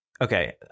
Okay